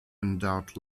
endowed